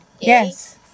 yes